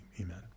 amen